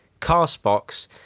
CastBox